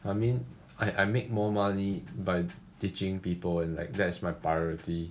I mean I I make more money by teaching people and like that's my priority